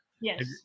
yes